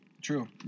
True